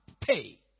pay